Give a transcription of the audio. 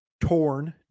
torn